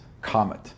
comet